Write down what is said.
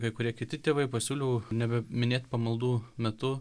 kai kurie kiti tėvai pasiūliau nebeminėti pamaldų metu